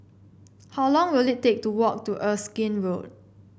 how long will it take to walk to Erskine Road